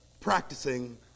Practicing